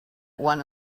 one